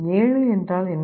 7 என்றால் என்ன